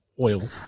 oil